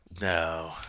No